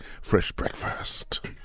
FreshBreakfast